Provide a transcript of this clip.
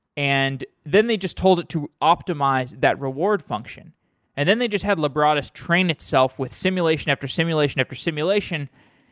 and then they just told it to optimize that reward function and then they just had lebradas train itself with simulation after simulation after simulation.